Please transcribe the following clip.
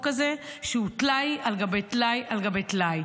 הזה שהוא טלאי על גבי טלאי על גבי טלאי.